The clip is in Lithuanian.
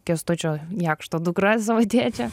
kęstučio jakšto dukra savo tėčio